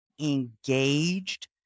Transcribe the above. engaged